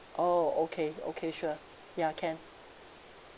oh okay okay sure ya can